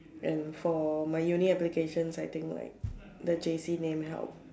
and for my uni application I think like the J_C name help